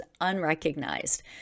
unrecognized